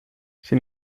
sin